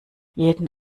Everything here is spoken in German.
jeden